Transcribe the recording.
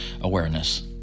Awareness